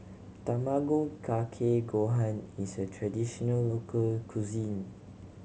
Tamago Kake Gohan is a traditional local cuisine